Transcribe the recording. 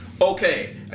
Okay